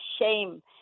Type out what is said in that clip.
shame